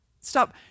Stop